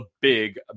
big